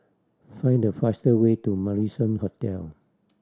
find the faster way to Marrison Hotel